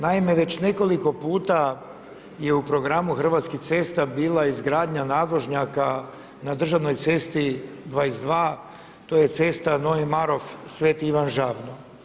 Naime, već nekoliko puta je u programu Hrvatskih cesta bila izgradnja nadvožnjaka na državnoj cesti 22, to je cesta Novi Marof-Sveti Ivan Žabno.